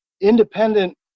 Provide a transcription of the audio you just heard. independent